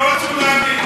הם לא רצו להאמין.